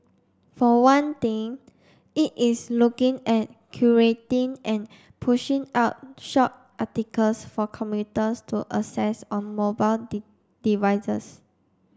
for one thing it is looking at curating and pushing out short articles for commuters to access on mobile devices